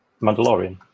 Mandalorian